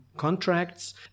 contracts